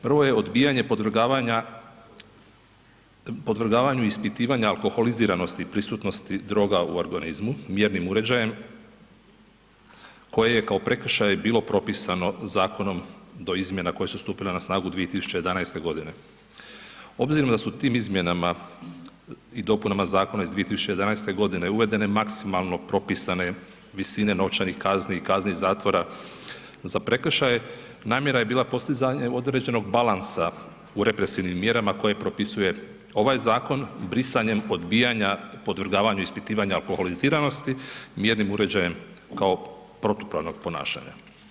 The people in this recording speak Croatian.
Prvo je odbijanje podvrgavanja, podvrgavanju ispitivanja alkoholiziranosti i prisutnosti droga u organizmu mjernim uređajem koje je kao prekršaj bilo propisano zakonom do izmjena koje su stupile na snagu 2011.g. Obzirom da su tim izmjenama i dopunama zakona iz 2011.g. uvedene maksimalno propisane visine novčanih kazni i kazni zatvora za prekršaje, namjera je bila postizanje određenog balansa u represivnim mjerama koje propisuje ovaj zakon i brisanjem odbijanja podvrgavanju ispitivanja alkoholiziranosti mjernim uređajem kao protupravnog ponašanja.